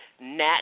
Nat